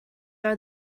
are